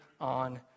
on